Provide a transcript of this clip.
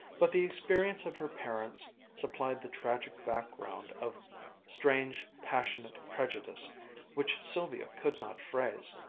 but the experience of her parents supplied the tragic background of strange, passionate prejudice which sylvia could not phrase,